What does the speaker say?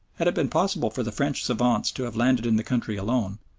had it been possible for the french savants to have landed in the country alone,